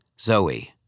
Zoe